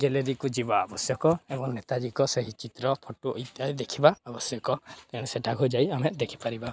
ଗ୍ୟାଲେରୀକୁ ଯିବା ଆବଶ୍ୟକ ଏବଂ ନେତାଜୀକ ସେହି ଚିତ୍ର ଫଟୋ ଇତ୍ୟାଦି ଦେଖିବା ଆବଶ୍ୟକ ତେଣୁ ସେଇଟାକୁ ଯାଇ ଆମେ ଦେଖିପାରିବା